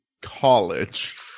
college